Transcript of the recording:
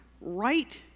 right